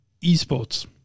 esports